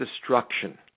destruction